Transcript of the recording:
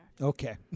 Okay